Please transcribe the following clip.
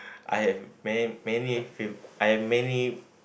I have many many fav~ I have many